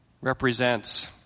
represents